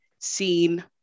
seen